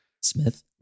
Smith